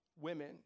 women